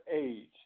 age